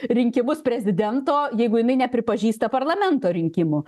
rinkimus prezidento jeigu jinai nepripažįsta parlamento rinkimų